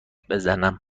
بزنم